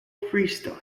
freestyle